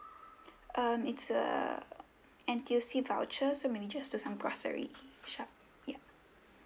um it's a N_T_U_C voucher so maybe just do some grocery sure yup